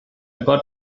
got